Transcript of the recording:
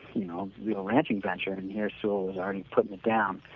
you know, the ranching venture and here's sewall already putting down.